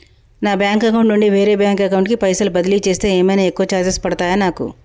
నా bank account నుండి వేరే బ్యాంక్ అకౌంట్ కి పైసల్ బదిలీ చేస్తే ఏమైనా ఎక్కువ చార్జెస్ పడ్తయా నాకు?